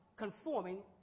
Conforming